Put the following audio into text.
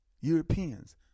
Europeans